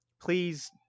please